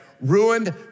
ruined